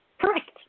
Correct